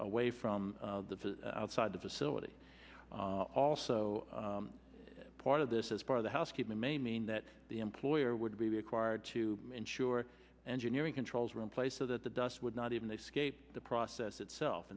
away from the outside the facility also part of this is part of the housekeeping may mean that the employer would be required to ensure engineering controls around place so that the dust would not even a scape the process itself